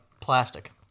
plastic